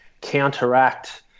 counteract